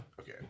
Okay